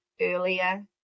earlier